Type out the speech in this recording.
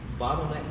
Bottleneck